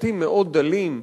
בתים מאוד דלים,